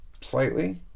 Slightly